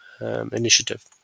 initiative